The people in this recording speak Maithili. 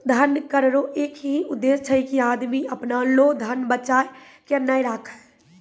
धन कर रो एक ही उद्देस छै की आदमी अपना लो धन बचाय के नै राखै